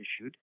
issued